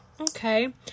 okay